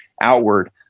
outward